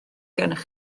gennych